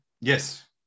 Yes